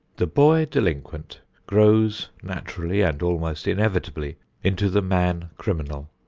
the boy delinquent grows naturally and almost inevitably into the man criminal.